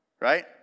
Right